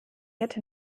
hätte